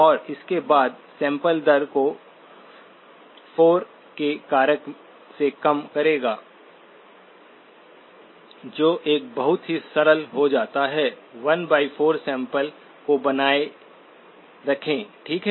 और उसके बाद सैंपल दर को 4 के कारक से कम करें जो एक बहुत ही सरल हो जाता है 14 सैंपल को बनाए रखें ठीक है